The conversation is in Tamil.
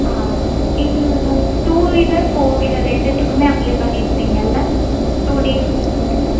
ஆ நீங்கள் டூ வீலர் ஃபோர் வீலர் ரெண்டுத்துக்குமே அப்ளே பண்ணியிருந்திங்கல்லை டூ டேஸ்க்கு முன்னாடி